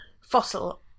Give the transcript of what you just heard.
fossil